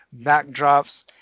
backdrops